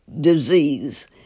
disease